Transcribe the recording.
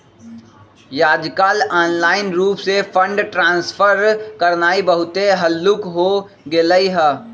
याजकाल ऑनलाइन रूप से फंड ट्रांसफर करनाइ बहुते हल्लुक् हो गेलइ ह